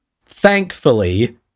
thankfully